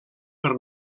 per